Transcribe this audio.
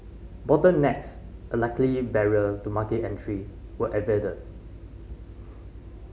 bottlenecks a likely barrier to market entry were averted